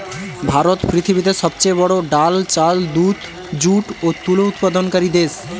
ভারত পৃথিবীতে সবচেয়ে বড়ো ডাল, চাল, দুধ, যুট ও তুলো উৎপাদনকারী দেশ